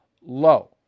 low